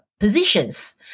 positions